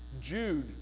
Jude